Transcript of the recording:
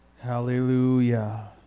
Hallelujah